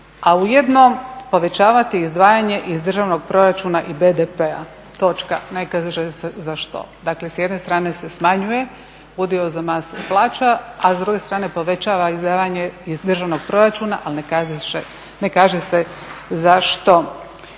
a ujedno povećavati izdvajanje iz državnog proračuna i BDP-a." Ne kaže se za što? Dakle, s jedne strane se smanjuje udio za mase plaća, a s druge strane povećava izdvajanje iz državnog proračuna ali ne kaže se za što.